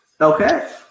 okay